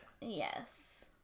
Yes